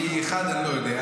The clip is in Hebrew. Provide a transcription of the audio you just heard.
כי 1. אני לא יודע,